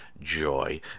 joy